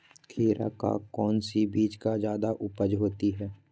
खीरा का कौन सी बीज का जयादा उपज होती है?